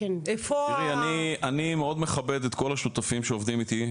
אני מאוד מכבד את כל השותפים שעובדים איתי.